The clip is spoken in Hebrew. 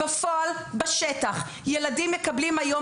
בפועל בשטח ילדים מקבלים היום,